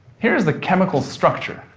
here is the chemical structure